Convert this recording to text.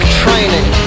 training